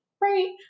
Right